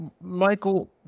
Michael